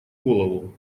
голову